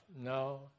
No